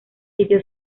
pidió